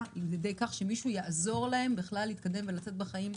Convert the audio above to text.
מכך שמישהו יעזור להם בכלל להתקדם ולצאת בחיים.